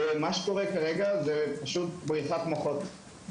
מה שקורה עכשיו זה פשוט בריחת מוחות.